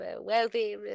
wealthy